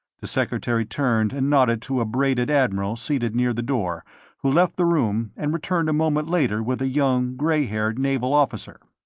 the secretary turned and nodded to a braided admiral seated near the door who left the room and returned a moment later with a young gray-haired naval officer.